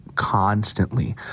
constantly